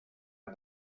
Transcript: and